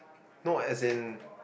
no as in